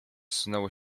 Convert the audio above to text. zsunęło